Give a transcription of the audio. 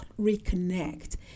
reconnect